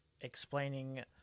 explaining